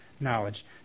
knowledge